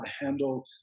handle